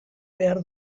behar